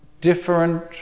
different